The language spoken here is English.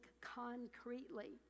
concretely